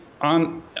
on